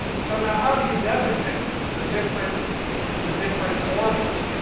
so now how do you designate the different the different orbits?